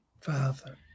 Father